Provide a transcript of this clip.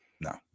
No